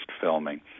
filming